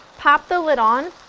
pop the lid on